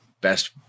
best